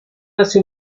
hace